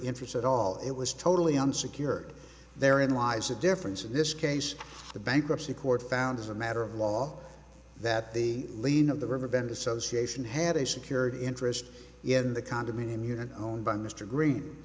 interest at all it was totally unsecured therein lies the difference in this case the bankruptcy court found as a matter of law that the lien of the riverbend association had a secured interest in the condominium unit own by mr green